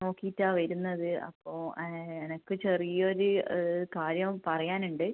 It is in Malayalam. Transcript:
നോക്കിയിട്ടാണ് വരുന്നത് അപ്പോൾ എനിക്ക് ചെറിയ ഒരു കാര്യം പറയാനുണ്ട്